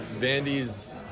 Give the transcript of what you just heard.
Vandy's